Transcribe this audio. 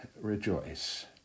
rejoice